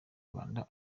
rwanda